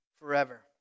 forever